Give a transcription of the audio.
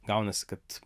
gaunasi kad